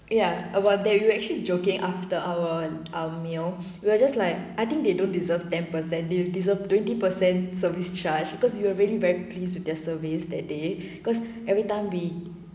ya about that we were actually joking after our our meal we're just like I think they don't deserve ten percent they deserve twenty percent service charge because we were really very pleased with their service that day cause every time we